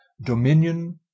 dominion